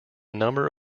number